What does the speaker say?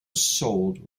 sold